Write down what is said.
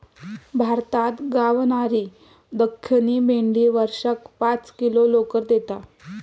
भारतात गावणारी दख्खनी मेंढी वर्षाक पाच किलो लोकर देता